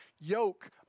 yoke